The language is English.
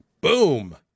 Boom